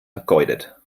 vergeudet